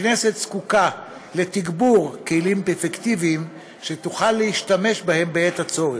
הכנסת זקוקה לתגבור כלים אפקטיביים שהיא תוכל להשתמש בהם בעת הצורך.